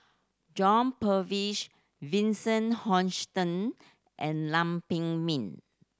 John Purvis Vincent Hoisington and Lam Pin Min